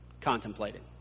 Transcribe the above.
contemplating